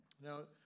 Now